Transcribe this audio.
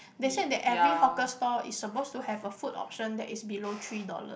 they say that every hawker store is suppose to have a food option that is below three dollars